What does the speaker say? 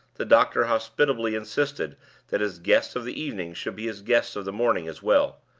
the doctor hospitably insisted that his guests of the evening should be his guests of the morning as well.